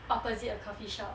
opposite a coffee shop